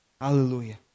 Hallelujah